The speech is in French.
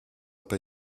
pas